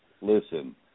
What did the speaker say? listen